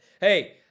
Hey